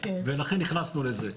לכן נכנסנו לזה.